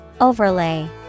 Overlay